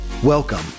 Welcome